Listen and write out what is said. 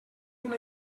una